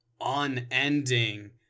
unending